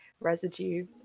residue